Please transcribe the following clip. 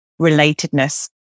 Relatedness